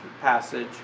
passage